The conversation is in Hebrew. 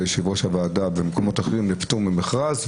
זה יושב-ראש הוועדה במקומות אחרים לפטור ממכרז,